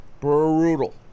Brutal